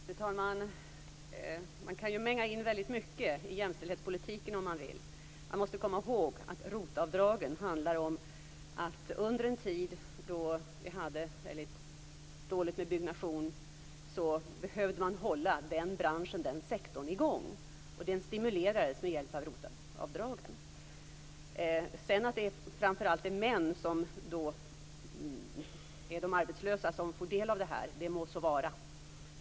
Fru talman! Om man vill kan man mänga in väldigt mycket i jämställdhetspolitiken. Man måste komma ihåg att ROT-avdragen handlar om att vi under en tid då vi hade väldigt dålig byggnation behövde hålla den sektorn i gång. Den stimulerades med hjälp av ROT-avdragen. Att det sedan framför allt är arbetslösa män som får del av detta - må så vara.